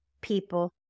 people